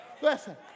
Listen